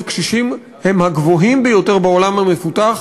קשישים הם הגבוהים ביותר בעולם המפותח.